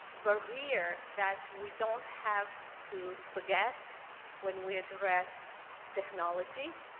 barrier that we don't have to forget when we address technology.